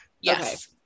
yes